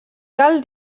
cal